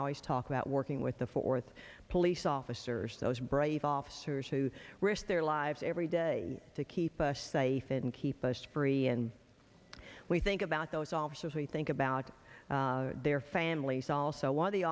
always talk about working with the fort worth police officers those bright evolve cers who risk their lives every day to keep us safe and keep us free and we think about those officers we think about their families also one of the